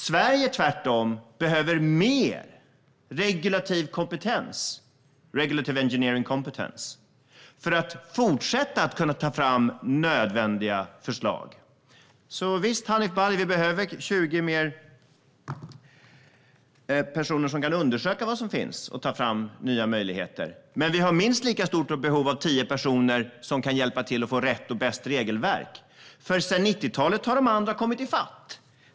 Sverige behöver tvärtom mer regulativ kompetens, regulative engineering competence, för att fortsätta kunna ta fram nödvändiga förslag. Så visst, Hanif Bali, behöver vi 20 fler personer som kan undersöka vad som finns och ta fram nya möjligheter. Men vi har ett minst lika stort behov av 10 personer som kan hjälpa till att få rätt och bäst regelverk. Sedan 1990-talet har de andra nämligen kommit i fatt.